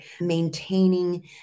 maintaining